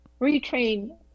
retrain